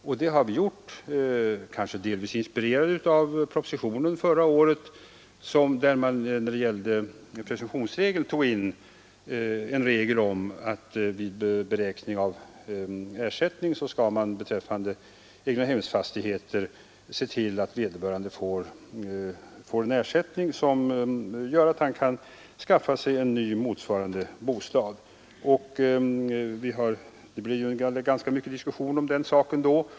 Vi har gjort detta kanske delvis inspirerade av förra årets proposition, som när det gällde presumptionsregeln tog in en bestämmelse om att man vid beräkning av ersättning beträffande egnahemsfastigheter skall se till att vederbörande kompenseras så att han kan skaffa sig en ny motsvarande bostad. Det blev ganska mycket diskussion om den saken då.